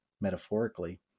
metaphorically